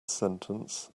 sentence